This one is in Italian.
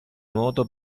nuoto